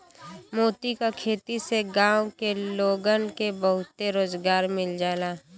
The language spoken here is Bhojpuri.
मोती क खेती से गांव के लोगन के बहुते रोजगार मिल जाला